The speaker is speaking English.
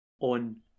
on